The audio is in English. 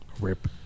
Rip